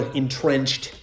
entrenched